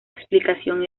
explicación